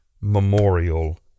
memorial